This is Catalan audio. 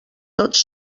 tots